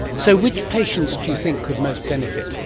so which patients do you think could most benefit?